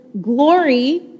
glory